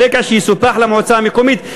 ברגע שיסופח למועצה המקומית,